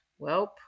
Welp